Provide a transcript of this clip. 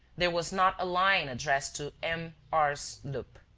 there was not a line addressed to m. ars. lup.